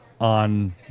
on